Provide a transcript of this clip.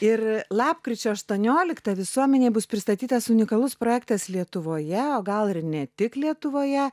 ir lapkričio aštuonioliktą visuomenei bus pristatytas unikalus projektas lietuvoje o gal ir ne tik lietuvoje